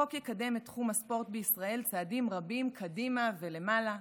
החוק יקדם את תחום הספורט בישראל צעדים רבים קדימה ולמעלה,